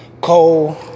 Cole